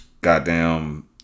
goddamn